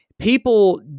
People